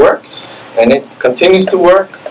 works and it continues to work